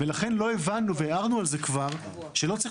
לכן לא הבנו וכבר הערנו על זה ואמרנו שלא צריך